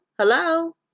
Hello